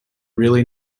really